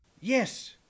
yes